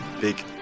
big